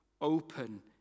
open